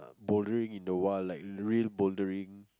bouldering in the wild like real bouldering